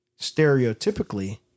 stereotypically